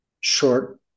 short